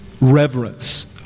reverence